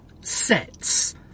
sets